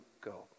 go